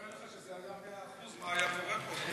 תאר לך שזה היה 100%, מה היה קורה כאן בכנסת.